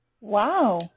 Wow